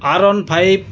R one five